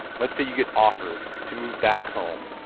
let's say you get offered to move back home,